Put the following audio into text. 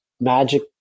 magic